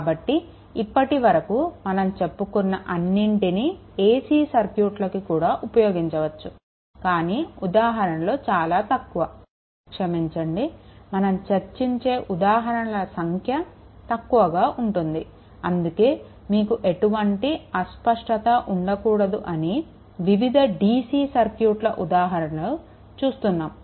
కాబట్టి ఇప్పటి వరకు మనం చెప్పుకున్న అన్నింటినీ AC సర్క్యూట్లకి కూడా ఉపయోగించవచ్చు కానీ ఉదాహరణలు చాలా తక్కువ క్షమించండి మనం చర్చించే ఉదాహరణల సంఖ్య తక్కువగా ఉంటుంది అందుకే మీకు ఎటువంటి అస్పష్టత ఉండకూడదు అని వివిధ DC సర్క్యూట్ల ఉదాహరణలు చూస్తున్నాము